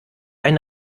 ein